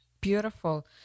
Beautiful